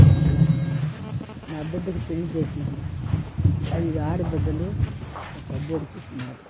అవతల నా బిడ్డకి పెళ్ళి చేసినాను ఐదు ఆడబిడ్డలూ ఒక అబ్బోడు పుట్టినాడు